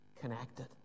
connected